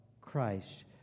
Christ